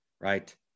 right